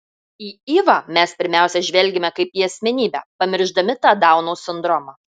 į ivą mes pirmiausia žvelgiame kaip į asmenybę pamiršdami tą dauno sindromą